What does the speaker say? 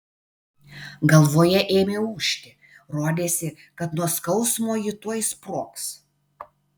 galvoje ėmė ūžti rodėsi kad nuo skausmo ji tuoj sprogs